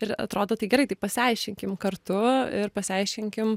ir atrodo tai gerai tai pasiaiškinkim kartu ir pasiaiškinkim